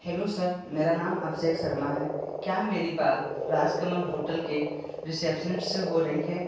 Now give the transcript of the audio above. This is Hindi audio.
हेलो सर मेरा नाम अभिषेक शर्मा है क्या मेरी बात राज कमल होटल के रिसेप्शनिस्ट से हो रही है